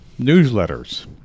newsletters